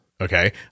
okay